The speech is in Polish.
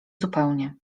zupełnie